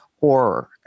horror